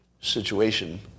situation